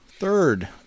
Third